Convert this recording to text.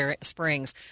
Springs